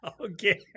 Okay